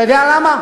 אתה יודע למה?